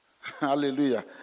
Hallelujah